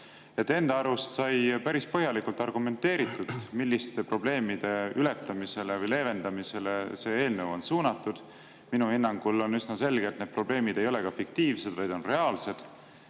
Enda arust sai päris põhjalikult argumenteeritud, milliste probleemide ületamisele või leevendamisele see eelnõu on suunatud. Minu hinnangul on üsna selge, et need probleemid ei ole ka fiktiivsed, vaid on reaalsed.